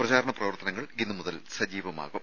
പ്രചാരണ പ്രവർത്തനങ്ങൾ ഇന്ന് മുതൽ സജീവമാകും